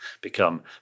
become